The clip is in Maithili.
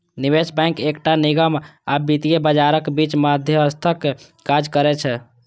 निवेश बैंक एकटा निगम आ वित्तीय बाजारक बीच मध्यस्थक काज करै छै